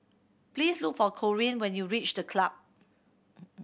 please look for Corine when you reach The Club